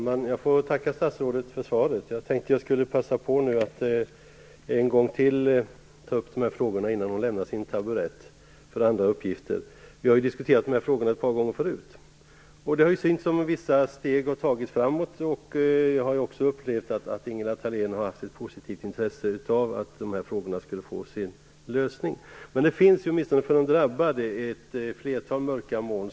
Fru talman! Jag får tacka för svaret. Jag tänkte att jag skulle passa på att ta upp de här frågorna en gång till innan statsrådet lämnar sin taburett för andra uppgifter. Vi har diskuterat dessa frågor ett par gånger förut, och det har synts att vissa steg framåt har tagits. Jag har upplevt att Ingela Thalén har haft ett positivt intresse av att lösa dessa frågor. De drabbade upplever dock att det, åtminstone för dem, finns ett flertal mörka moln.